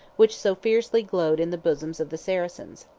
which so fiercely glowed in the bosoms of the saracens.